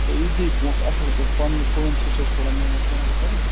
تہٕ یہِ دی پونٛسہٕ اَصٕل پٲٹھۍ پنٛنہِ پانسٕے چھِ اَسہِ تھوڑا محنت وحنت کَرٕنۍ